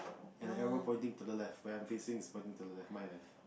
and an arrow pointing to the left where I'm facing is pointing to the left my left